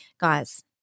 Guys